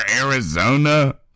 Arizona